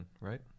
right